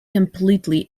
completely